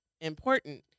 important